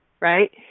Right